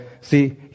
See